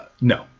No